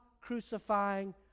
crucifying